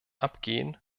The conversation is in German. abgehen